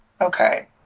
Okay